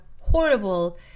horrible